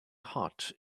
hot